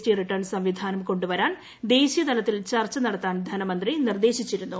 T return സംവിധാനം കൊണ്ടുവരാൻ ദേശീയ തലത്തിൽ ചർച്ച നടത്താൻ ധനമന്ത്രി നിർദ്ദേശിച്ചിരുന്നു